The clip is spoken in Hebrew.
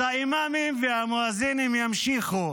אז האימאמים והמואזינים ימשיכו